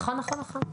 נכון, נכון.